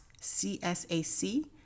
C-S-A-C